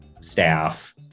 staff